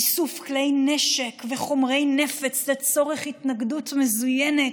איסוף כלי נשק וחומרי נפץ לצורך התנגדות מזוינת,